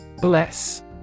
Bless